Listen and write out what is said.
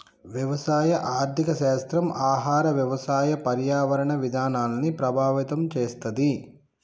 వ్యవసాయ ఆర్థిక శాస్త్రం ఆహార, వ్యవసాయ, పర్యావరణ విధానాల్ని ప్రభావితం చేస్తది